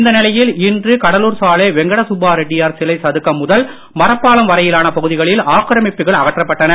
இந்நிலையில் இன்று கடலூர் சாலை வெங்கடசுப்பா ரெட்டியார் சிலை சதுக்கம் முதல் மரப்பாலம் வரையிலான பகுதிகளில் ஆக்கிரமிப்புகள் அகற்றப்பட்டன